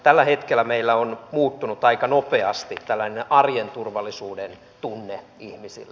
tällä hetkellä meillä on muuttunut aika nopeasti tällainen arjen turvallisuuden tunne ihmisillä